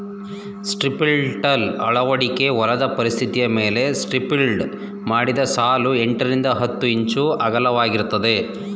strip till ಅಳವಡಿಕೆ ಹೊಲದ ಪರಿಸ್ಥಿತಿಮೇಲೆ ಸ್ಟ್ರಿಪ್ಟಿಲ್ಡ್ ಮಾಡಿದ ಸಾಲು ಎಂಟರಿಂದ ಹತ್ತು ಇಂಚು ಅಗಲವಾಗಿರ್ತದೆ